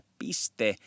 piste